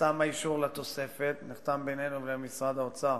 נחתם בינינו לבין משרד האוצר